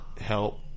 help